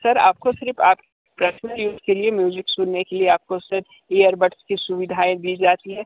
sir आपको सिर्फ़ आप कस्टमर यूज़ के लिए म्यूज़िक सुनने के लिए आपको सर ईअर बड्स की सुविधाएं दी जाती हैं